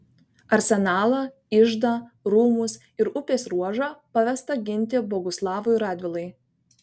arsenalą iždą rūmus ir upės ruožą pavesta ginti boguslavui radvilai